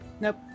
Nope